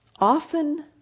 Often